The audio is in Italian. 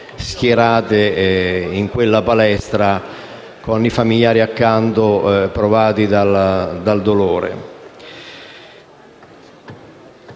schierate in quella palestra con i familiari accanto provati dal dolore.